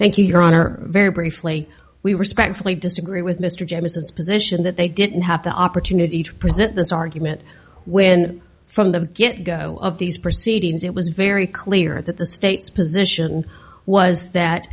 thank you your honor very briefly we respectfully disagree with mr genesis position that they didn't have the opportunity to present this argument when from the get go of these proceedings it was very clear that the state's position was that